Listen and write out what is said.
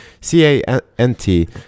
C-A-N-T